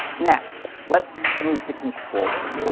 next, let's move to controller.